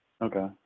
Okay